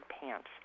pants